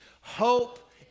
Hope